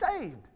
saved